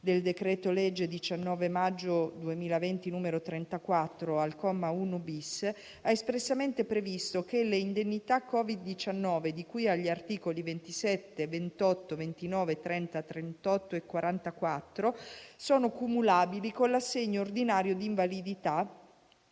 del decreto-legge 19 maggio 2020, n. 34, al comma 1-*bis* ha espressamente previsto che le indennità Covid-19 di cui agli articoli 27, 28, 29, 30, 38 e 44 sono cumulabili con l'assegno ordinario di invalidità.